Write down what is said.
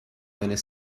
owner